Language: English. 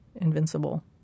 invincible